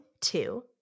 two